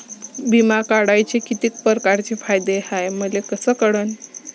बिमा काढाचे कितीक परकारचे फायदे हाय मले कस कळन?